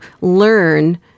learn